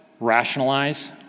rationalize